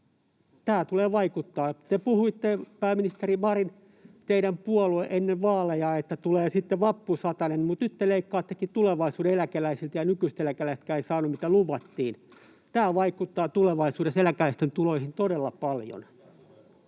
tämä tulee vaikuttamaan. Te, pääministeri Marin ja teidän puolueenne, puhuitte ennen vaaleja, että tulee sitten vappusatanen, mutta nyt te leikkaattekin tulevaisuuden eläkeläisiltä, ja nykyisetkään eläkeläiset eivät saaneet, mitä luvattiin. Tämä vaikuttaa tulevaisuudessa eläkeläisten tuloihin todella paljon.